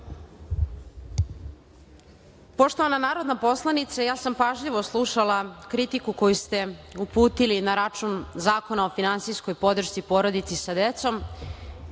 Poštovana narodna poslanice, pažljivo sam slušala kritiku koju ste uputili na račun Zakona o finansijskoj podršci porodica sa decom